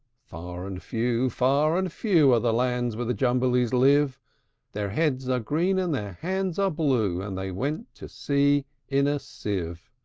far and few, far and few, are the lands where the jumblies live their heads are green, and their hands are blue and they went to sea in a sieve.